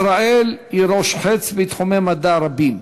ישראל היא ראש חץ בתחומי מדע רבים,